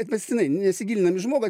atmestinai nesigilinant į žmogų